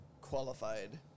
qualified